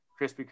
Krispy